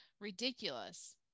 ridiculous